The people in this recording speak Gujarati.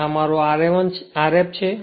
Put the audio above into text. અને આ મારો Rf છે